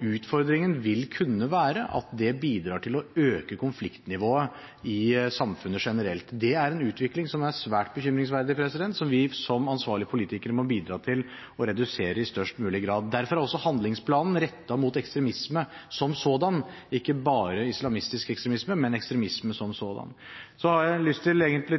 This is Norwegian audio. Utfordringen vil kunne være at det bidrar til å øke konfliktnivået i samfunnet generelt. Det er en utvikling som er svært bekymringsverdig, og som vi, som ansvarlige politikere, må bidra til å redusere i størst mulig grad. Derfor er også handlingsplanen rettet mot ekstremisme som sådan, ikke bare islamistisk ekstremisme, men ekstremisme som sådan. Jeg har